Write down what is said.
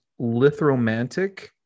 lithromantic